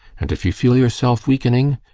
and if you feel yourself weakening,